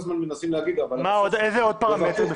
איזה עוד פרמטרים?